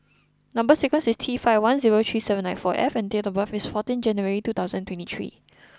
number sequence is T five one zero three seven nine four F and date of birth is fourteen January two thousand and twenty three